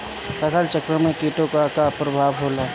फसल चक्रण में कीटो का का परभाव होला?